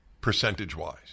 percentage-wise